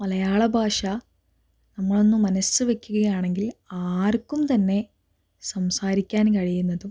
മലയാളഭാഷ നമ്മളൊന്നു മനസ്സ് വയ്ക്കുകയാണെങ്കിൽ ആർക്കും തന്നെ സംസാരിക്കാൻ കഴിയുന്നതും